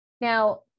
Now